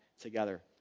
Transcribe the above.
together